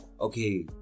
okay